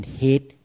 hate